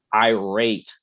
irate